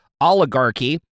oligarchy